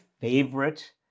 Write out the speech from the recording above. favorite